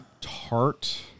tart